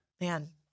Man